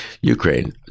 ukraine